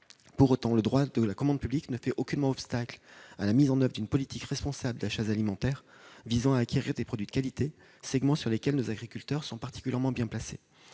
Pour autant, le droit de la commande publique ne fait aucunement obstacle à la mise en oeuvre d'une politique responsable d'achats alimentaires visant à l'emploi de produits de qualité, segment sur lequel nos agriculteurs sont particulièrement bien placés.